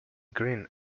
grin